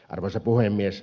arvoisa puhemies